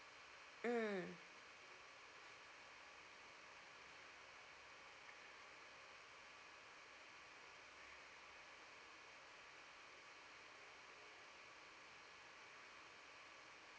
mm